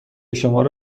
شمارو